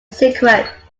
secret